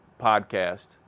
podcast